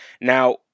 Now